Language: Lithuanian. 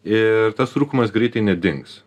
ir tas trūkumas greitai nedings